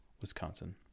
Wisconsin